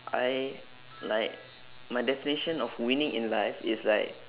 I like my definition of winning in life is like